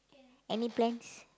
any plans